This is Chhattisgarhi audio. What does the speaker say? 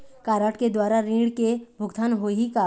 कारड के द्वारा ऋण के भुगतान होही का?